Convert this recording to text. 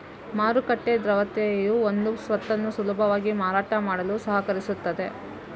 ಮಾರುಕಟ್ಟೆ ದ್ರವ್ಯತೆಯು ಒಂದು ಸ್ವತ್ತನ್ನು ಸುಲಭವಾಗಿ ಮಾರಾಟ ಮಾಡಲು ಸಹಕರಿಸುತ್ತದೆ